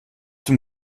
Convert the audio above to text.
dem